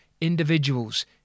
individuals